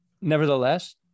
Nevertheless